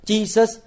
Jesus